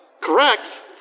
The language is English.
correct